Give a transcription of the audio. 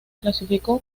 clasificó